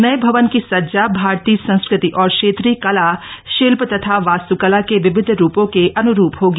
नएभवन की सज्जा भारतीय संस्कृति और क्षेत्रीय कला शिल्पतथा वास्त्कला के विविध रूपों के अन्रूप होगी